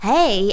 Hey